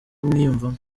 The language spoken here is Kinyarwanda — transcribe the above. umwiyumvamo